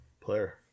player